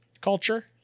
culture